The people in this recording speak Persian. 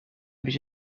پیش